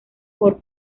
por